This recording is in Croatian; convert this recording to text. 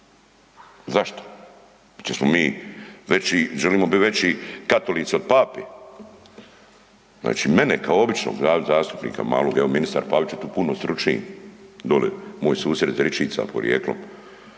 veći, želimo biti veći katolici od Pape. Znači mene kao običnog malog zastupnika, evo ministar Pavić je tu puno stručniji, doli moj susjed iz … porijeklom,